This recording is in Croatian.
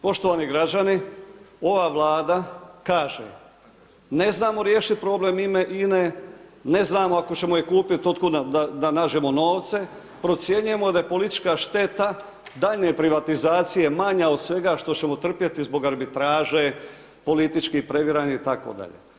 Poštovani građani, ova Vlada kaže ne znamo riješiti problem INA-e, ne znamo ako ćemo je kupiti otkud da nađemo novce, procjenjujemo da je politička šteta daljnje privatizacije manje o od svega što ćemo trpjeti zbog arbitraže, političkih previranja itd.